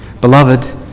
Beloved